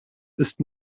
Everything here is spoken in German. ist